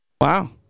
Wow